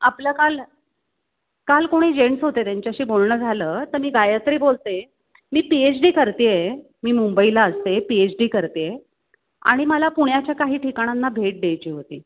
आपलं काल काल कोणी जेंट्स होते त्यांच्याशी बोलणं झालं तर मी गायत्री बोलते मी पी एच डी करते आहे मी मुंबईला असते पी एच डी करते आहे आणि मला पुण्याच्या काही ठिकाणांना भेट द्यायची होती